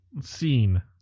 scene